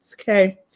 okay